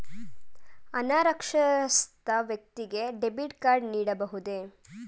ಅನಕ್ಷರಸ್ಥ ವ್ಯಕ್ತಿಗೆ debit card ನೀಡಬಹುದೇ?